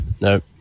No